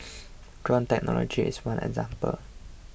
drone technology is one example